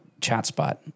ChatSpot